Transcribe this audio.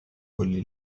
quelli